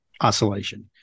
oscillation